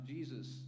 Jesus